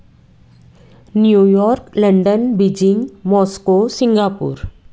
New York London Beijing Moscow Singapore